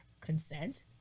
consent